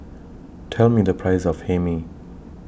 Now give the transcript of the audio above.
Tell Me The Price of Hae Mee